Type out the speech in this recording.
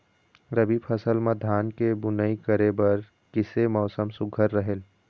रबी फसल म धान के बुनई करे बर किसे मौसम सुघ्घर रहेल?